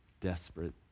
desperate